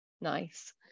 nice